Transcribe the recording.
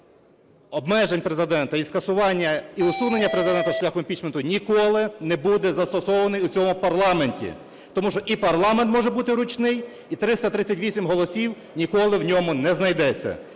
обмежень Президента і скасування і усунення Президента шляхом імпічменту ніколи не буде застосований у цьому парламенті, тому що і парламент може бути ручний, і 338 голосів ніколи в ньому не знайдеться.